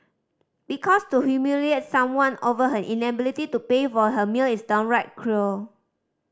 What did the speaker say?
because to humiliate someone over her inability to pay for her meal is downright cruel